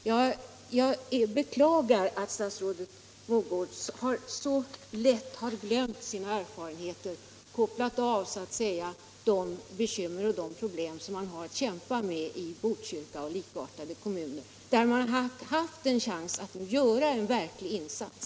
Jag beklagar att statsrådet Mogård så lätt har glömt sina erfarenheter och så att säga kopplat av de bekymmer och problem som man har att kämpa med i Botkyrka och likartade kommuner, när det funnits en chans att göra en verklig insats.